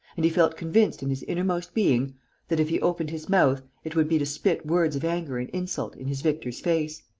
and he felt convinced in his innermost being that, if he opened his mouth, it would be to spit words of anger and insult in his victor's face.